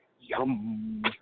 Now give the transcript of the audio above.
Yum